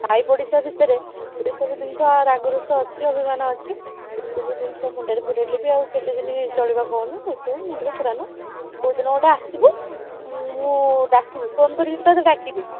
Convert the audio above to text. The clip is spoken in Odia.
ସାହି ପଡ଼ିଶା ଭିତରେ ଏସବୁ ଜିନିଷ ରାଗ ଋଷା ଅଛି ଅଭିମାନ ଅଛି ଏ ସବୁ ଜିନିଷ ମୁଣ୍ଡରେ ପୁରାଇଲେ ବି ଆଉ କେତେ ଦିନ ଚଳିବା କହୁନୁ ଏସବୁ ମୁଣ୍ଡରେ ପୁରାନା କେଉଁ ଦିନ ଗୋଟେ ଆସିବୁ ମୁଁ ଡାକିବି ଫୋନ୍ କରିକି ତୋତେ ଡାକିବି